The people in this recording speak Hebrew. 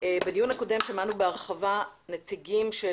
בדיון הקודם שמענו בהרחבה נציגים של